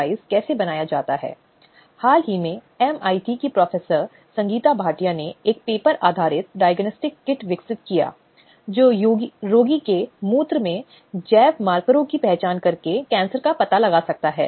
अब शैक्षिक संस्थान के मामले में जो स्पष्ट रूप से निर्धारित किया गया है वह यह है कि शिकायतकर्ता को शामिल करने वाली सभी गतिविधियों से उत्पीड़नकर्ता को हटाया जा सकता है